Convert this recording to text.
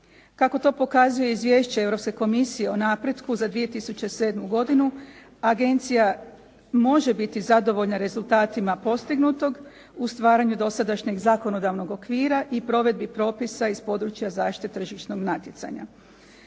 Kako to pokazuje izvješće Europske komisije o napretku za 2007. godinu agencija može biti zadovoljna rezultatima postignutog u stvaranju dosadašnjeg zakonodavnog okvira i provedbi propisa iz područja zaštite tržišnog natjecanja.